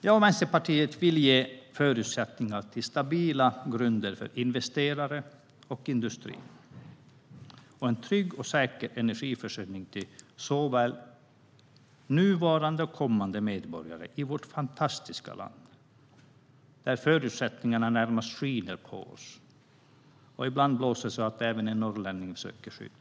Jag och Vänsterpartiet vill ge förutsättningar för stabila grunder för investerare och industri samt en trygg och säker energiförsörjning för såväl nuvarande som kommande medborgare i vårt fantastiska land, där förutsättningarna närmast skiner på oss och där det ibland blåser så att även en norrlänning söker skydd.